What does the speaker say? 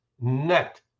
net